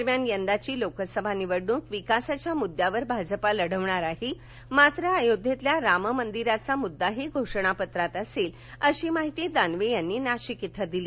दरम्यान यंदाची लोकसभा निवडणूक विकासाच्या मुद्दयावर भाजपा लढविणार आहे मात्र अयोध्येतील राम मंदिराचा मुद्दाही घोषणा पत्रात असेल अशी माहिती दानवे यांनी नाशिक इथं दिली